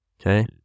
Okay